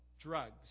drugs